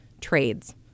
trades